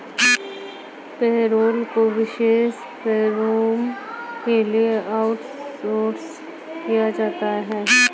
payroll को विशेष फर्मों के लिए आउटसोर्स किया जाता है